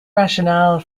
rationale